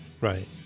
Right